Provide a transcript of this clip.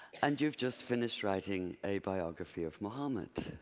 and you've just finished writing a biography of muhammad.